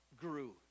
grew